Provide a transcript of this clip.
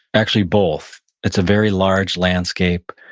actually both. it's a very large landscape,